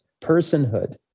personhood